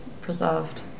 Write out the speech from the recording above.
preserved